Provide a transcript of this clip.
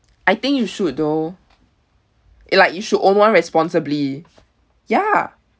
I think you should though like you should own one responsibly ya